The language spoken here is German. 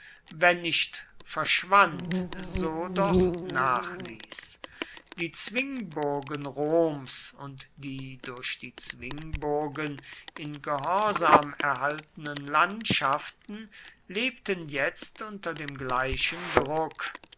wenn nicht verschwand so doch nachließ die zwingburgen roms und die durch die zwingburgen in gehorsam erhaltenen landschaften lebten jetzt unter dem gleichen druck